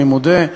אני מודה,